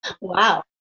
Wow